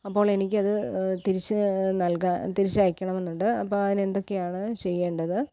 അപ്പോൾ എനിക്കത് തിരിച്ച് നൽകാൻ തിരിച്ച് അയക്കണം എന്നുണ്ട് അപ്പോൾ അതിന് എന്തൊക്കെയാണ് ചെയ്യേണ്ടത്